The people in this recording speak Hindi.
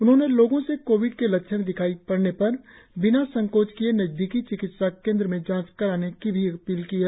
उन्होंने लोगो से कोविड के लक्षण दिखाई पड़ने पर बिना संकोच किए हए नजदीकी चिकित्सा केंद्र में जांच कराने की भी अपील की है